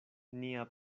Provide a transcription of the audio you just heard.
nia